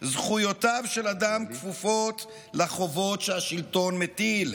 זכויותיו של אדם כפופות לחובות שהשלטון מטיל,